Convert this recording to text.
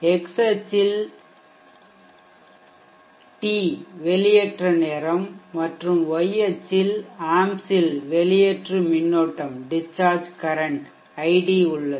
X அச்சில் t வெளியேற்ற நேரம் மற்றும் y அச்சில் ஆம்ப்ஸில் வெளியேற்று மின்னோட்டம் டிஷ்சார்ஜ் கரன்ட் ஐடி உள்ளது